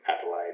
Adelaide